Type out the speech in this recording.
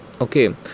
Okay